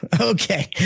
okay